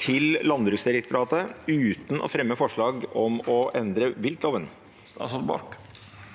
til Landbruksdirektoratet uten å fremme forslag om å endre viltloven?»